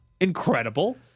incredible